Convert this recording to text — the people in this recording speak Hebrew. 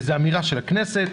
זו אמירה של הכנסת.